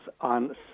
on